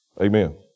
Amen